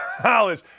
college